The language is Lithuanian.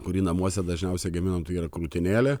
kuri namuose dažniausiai gaminam tai yra krūtinėlė